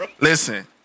Listen